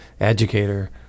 educator